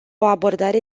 abordare